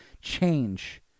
change